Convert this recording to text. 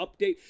update